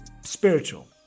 spiritual